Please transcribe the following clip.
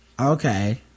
Okay